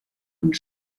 und